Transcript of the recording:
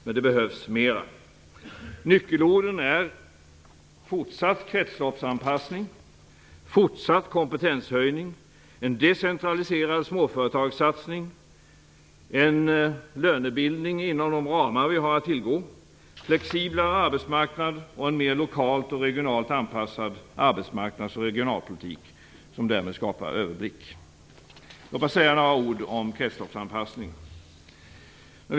Men det behövs mera. Nyckelorden är: fortsatt kretsloppsanpassning, fortsatt kompetenshöjning, en decentraliserad småföretagssatsning, en lönebildning inom de ramar vi har att tillgå, flexiblare arbetsmarknad och en mer lokalt och regionalt anpassad arbetsmarknads och regionalpolitik som skapar överblick. Låt mig säga några ord om kretsloppsanpassningen.